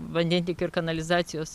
vandentiekio ir kanalizacijos